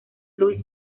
louis